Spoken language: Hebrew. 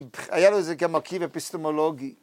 ‫היה לו איזה גם מרכיב אפיסטמולוגי.